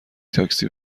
تاکسی